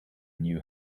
knew